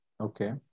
Okay